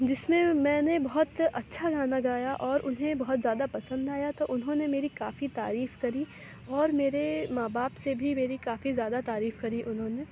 جس میں میں نے بہت اچھا گانا گایا اور انہیں بہت زیادہ پسند آیا تو انہوں نے میری کافی تعریف کری اور میرے ماں باپ سے بھی میری کافی زیادہ تعریف کری انہوں نے